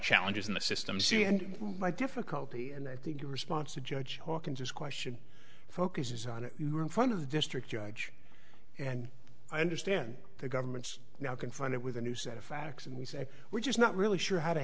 challenges in the system see and my difficulty and i think your response to judge hawkins is question focuses on it you're in front of the district judge and i understand the government's now confronted with a new set of facts and we say we're just not really sure how to